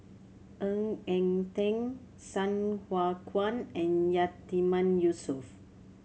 Ng Eng Teng Sai Hua Kuan and Yatiman Yusof